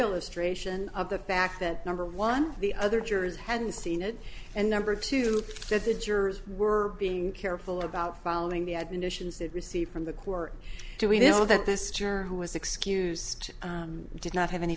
illustration of the fact that number one the other jurors hadn't seen it and number two that the jurors were being careful about following the admonitions that received from the court do we know that this jerk who was excused did not have any